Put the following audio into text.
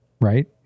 Right